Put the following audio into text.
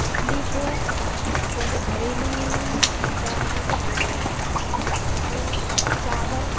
इडली को जैसे घरेलू सामान से बनाना है तो चावल